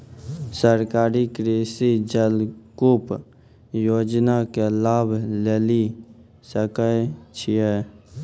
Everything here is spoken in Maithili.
सरकारी कृषि जलकूप योजना के लाभ लेली सकै छिए?